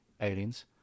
Aliens